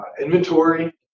inventory